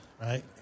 right